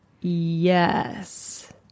Yes